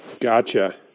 Gotcha